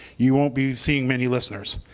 you won't be seeing many listeners.